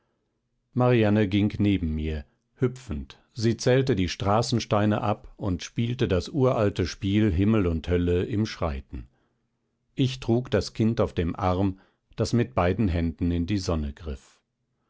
marianne ging neben mir hüpfend sie zählte die straßensteine ab und spielte das uralte spiel himmel und hölle im schreiten ich trug das kind auf dem arm das mit beiden händen in die sonne griff